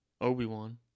Obi-Wan